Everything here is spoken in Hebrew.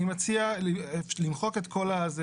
אני מציע למחוק --- לפני זה